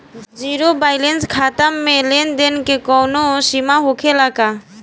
Zero balance खाता में लेन देन के कवनो सीमा होखे ला का?